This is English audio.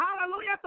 hallelujah